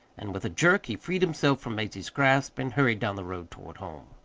and with a jerk he freed himself from mazie's grasp and hurried down the road toward home.